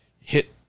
hit